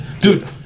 dude